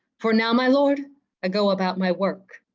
for now my lord i go about my work.